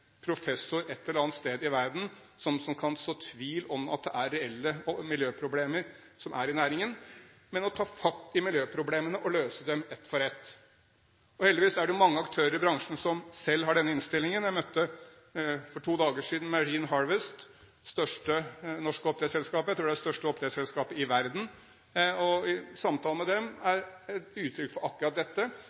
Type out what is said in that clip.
professor et eller annet sted i verden som kan så tvil om at det er reelle miljøproblemer i næringen, men å ta fatt i problemene og løse dem ett for ett. Heldigvis er det mange aktører i bransjen som selv har denne innstillingen. For to dager siden møtte jeg Marine Harvest, det største norske oppdrettsselskapet – jeg tror det er det største oppdrettsselskapet i verden – og samtalen med dem er et uttrykk for akkurat dette: